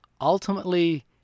ultimately